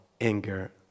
anger